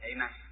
Amen